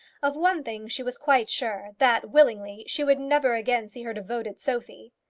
of one thing she was quite sure that, willingly, she would never again see her devoted sophie.